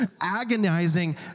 agonizing